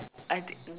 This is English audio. I didn't